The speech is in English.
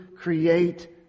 create